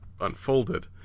unfolded